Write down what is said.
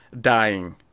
dying